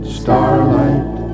starlight